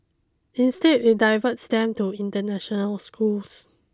instead it diverts them to international schools